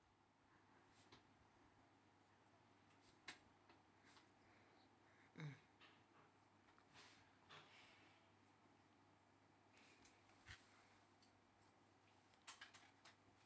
mm